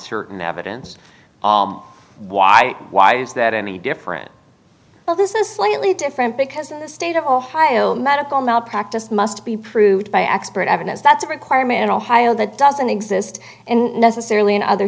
certain evidence why why is that any different well this is slightly different because in the state of ohio medical malpractise must be proved by experts evidence that's a requirement in ohio that doesn't exist and necessarily in other